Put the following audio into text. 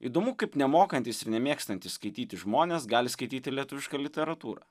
įdomu kaip nemokantys ir nemėgstantys skaityti žmonės gali skaityti lietuvišką literatūrą